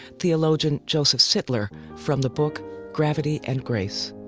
theologian joseph sittler, from the book gravity and grace